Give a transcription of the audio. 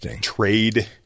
trade